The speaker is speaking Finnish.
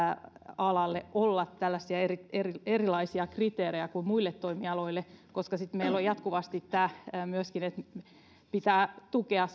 alalle olla tällaisia erilaisia kriteerejä kuin muille toimialoille koska sitten meillä on jatkuvasti myöskin se että pitää tukea